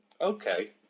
Okay